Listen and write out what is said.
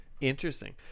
Interesting